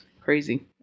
Crazy